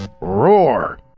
Roar